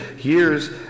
years